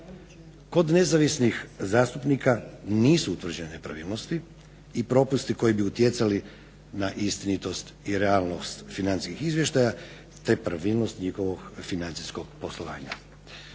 Kod nezavisnih zastupnika nisu utvrđene nepravilnosti i propusti koji bi utjecali na istinitost i realnost financijskih izvještaja te pravilnost njihovog financijskoj poslovanja.